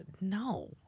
No